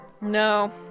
No